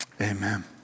Amen